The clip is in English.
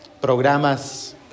programas